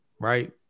Right